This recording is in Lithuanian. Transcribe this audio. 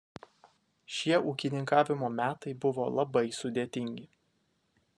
šie ūkininkavimo metai buvo labai sudėtingi